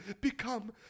become